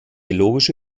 logische